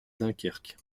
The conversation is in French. dunkerque